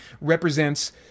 represents